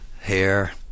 hair